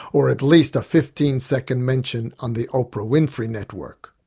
or at least a fifteen second mention on the oprah winfrey network!